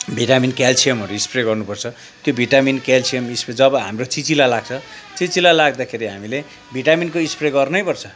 vitamin क्याल्सियमहरू spray गर्नुपर्छ त्यो भिटामिन क्याल्सियमको स्प्रे जब हाम्रो चिचिला लाग्छ चिचिला लाग्दाखेरि हामीले भिटामिनको स्प्रे गर्नैपर्छ